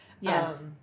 Yes